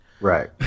Right